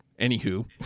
anywho